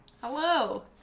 Hello